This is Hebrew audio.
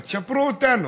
אז תצ'פרו אותנו.